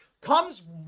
comes